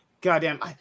Goddamn